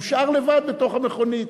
הושאר לבד בתוך המכונית.